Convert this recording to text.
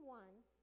ones